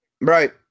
right